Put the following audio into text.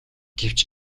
гэвч